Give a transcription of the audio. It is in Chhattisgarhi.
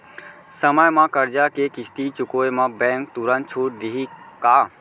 समय म करजा के किस्ती चुकोय म बैंक तुरंत छूट देहि का?